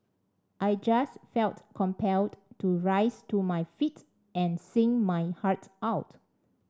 I just felt compelled to rise to my feet and sing my heart out